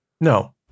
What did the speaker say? No